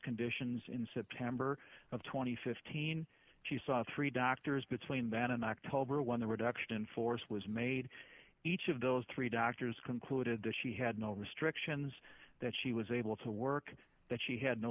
conditions in september of two thousand and fifteen she saw three doctors between then in october when the reduction in force was made each of those three doctors concluded that she had no restrictions that she was able to work that she had no